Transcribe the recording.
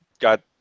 got